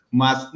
mas